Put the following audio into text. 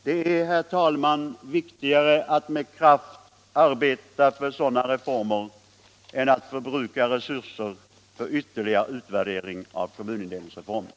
Det är, herr talman, viktigare att med kraft arbeta för sådana reformer än att förbruka resurser för ytterligare utvärdering av kommunindelningsreformen.